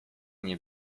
nie